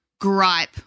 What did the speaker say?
gripe